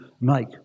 make